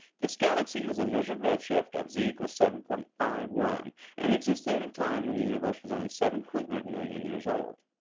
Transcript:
this galaxy has a measured redshift of z seven point five one and existed at a time when the universe was only seven hundred million years old.